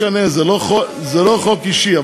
לא משנה, זה לא חוק אישי.